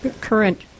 current